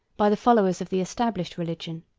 by the followers of the established religion.